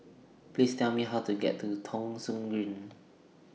Please Tell Me How to get to Thong Soon Green